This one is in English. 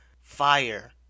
fire